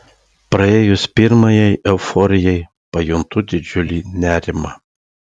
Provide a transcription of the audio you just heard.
praėjus pirmajai euforijai pajuntu didžiulį nerimą